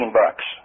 bucks